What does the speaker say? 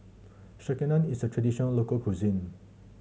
sekihan is a traditional local cuisine